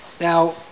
Now